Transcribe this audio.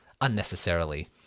unnecessarily